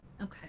Okay